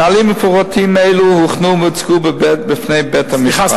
נהלים מפורטים אלה הוכנו והוצגו בפני בית-המשפט,